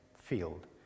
field